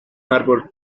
árbol